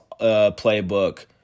playbook